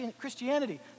Christianity